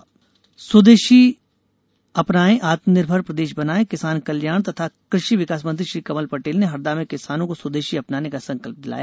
स्वदेशी स्वदेशी अपनाएंआत्मनिर्भर प्रदेश बनाएं किसान कल्याण तथा कृषि विकास मंत्री श्री कमल पटेल ने हरदा में किसानों को स्वदेशी अपनाने का संकल्प दिलाया